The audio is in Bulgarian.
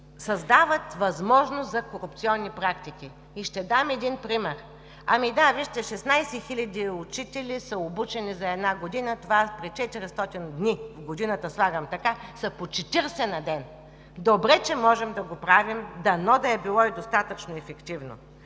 създават възможност за корупционни практики. И ще дам един пример: 16 хиляди учители са обучени за една година. Това при 400 дни в годината, слагам така, са по 40 на ден. Добре, че можем да го правим! Дано да е било и достатъчно ефективно.